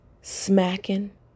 smacking